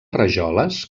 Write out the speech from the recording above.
rajoles